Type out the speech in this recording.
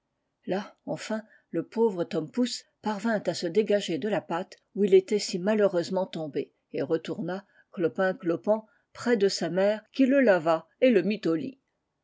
là enfin le pauvre tom pouce parvint à se dégager de la pâte où il était si malheureusement tombé et retourna clopin dopant près de sa mère qui le lava et le mit au lit